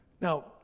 Now